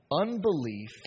unbelief